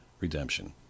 Redemption